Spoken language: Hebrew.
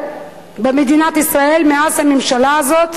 במדינת ישראל מאז הקמת הממשלה הזאת.